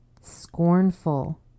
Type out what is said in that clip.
scornful